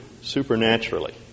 supernaturally